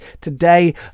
Today